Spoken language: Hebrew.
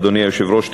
אדוני היושב-ראש,